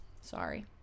sorry